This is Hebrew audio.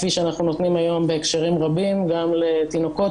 כפי שאנחנו נותנים היום בהקשרים רבים גם לתינוקות,